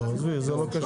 לא, זה לא קשור.